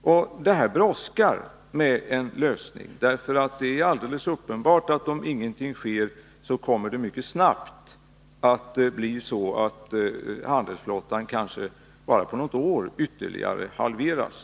Det brådskar emellertid med en lösning, för det är alldeles uppenbart att om ingenting sker, kommer det mycket snart — kanske inom bara något år — att bli så att handelsflottan ytterligare halveras.